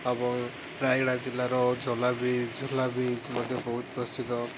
ଆବ ରାୟଗଡ଼ା ଜିଲ୍ଲାର ଜଲା ବ୍ରିଜ ଝୁଲା ବ୍ରିଜ ମଧ୍ୟ ବହୁତ ପ୍ରସିଦ୍ଧ